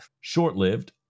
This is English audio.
short-lived